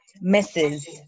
Misses